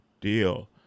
deal